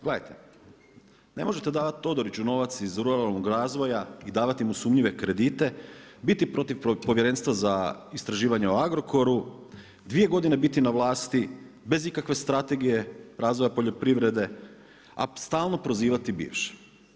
Gledajte, ne možete davati Todoriću novac iz ruralnog razvoja i davati mu sumnjive kredite, biti protiv povjerenstva za istraživanje o Agrokoru, dvije godine biti na vlasti bez ikakve strategije razvoja poljoprivrede, a stalno prozivati bivšu.